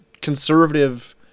conservative